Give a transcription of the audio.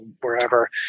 wherever